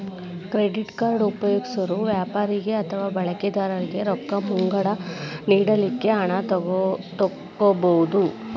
credit card ಉಪಯೊಗ್ಸೊರು ವ್ಯಾಪಾರಿಗೆ ಅಥವಾ ಬಳಕಿದಾರನಿಗೆ ರೊಕ್ಕ ಮುಂಗಡ ನೇಡಲಿಕ್ಕೆ ಹಣ ತಕ್ಕೊಬಹುದು